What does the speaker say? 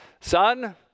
Son